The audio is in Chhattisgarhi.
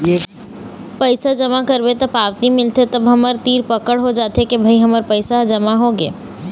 पइसा जमा करबे त पावती मिलथे तब हमर तीर पकड़ हो जाथे के भई हमर पइसा ह जमा होगे